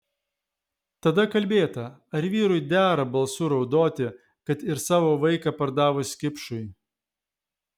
tada kalbėta ar vyrui dera balsu raudoti kad ir savo vaiką pardavus kipšui